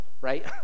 right